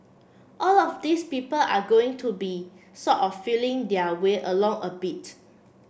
all of these people are going to be sort of feeling their way along a bit